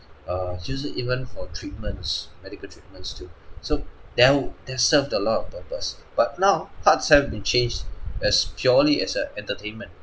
err use it even for treatments medical treatments too so then they've served a lot of purpose but now parts have been changed as purely as a entertainment